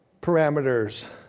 parameters